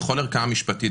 בכל ערכאה משפטית,